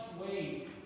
ways